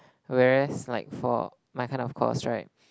whereas like for my kind of course right